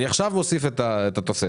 אני עכשיו מוסיף את התוספת.